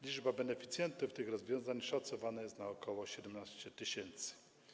Liczba beneficjentów tych rozwiązań szacowana jest na ok. 17 tys.